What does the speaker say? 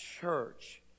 church